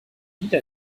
wieder